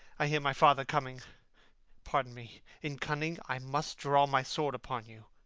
i hear my father coming pardon me in cunning i must draw my sword upon you